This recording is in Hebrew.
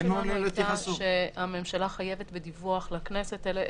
(ד) חדלו להתקיים הנסיבות המצדיקות את ההכרזה על הגבלה מלאה,